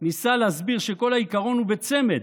ניסה להסביר שכל העיקרון הוא בצמד: